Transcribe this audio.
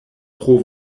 pro